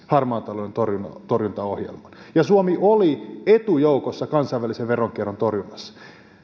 harmaan talouden torjuntaohjelman ja suomi oli etujoukoissa kansainvälisen veronkierron torjunnassa